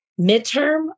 midterm